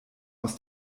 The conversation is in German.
aus